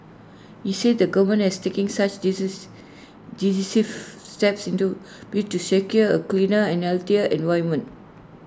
he said the government has taking such disease decisive steps into bid to secure A cleaner and healthier environment